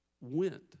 went